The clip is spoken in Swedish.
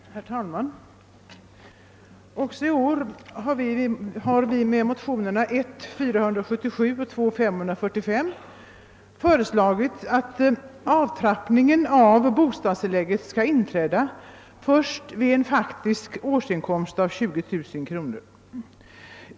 Herr talman! Också i år har vi med motionerna I: 447 och II: 545 föreslagit att avtrappningen av bostadstilläggen skall inträda först vid en faktisk årsinkomst av 20 000 kronor.